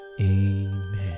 Amen